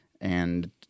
and-